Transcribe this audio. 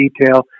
detail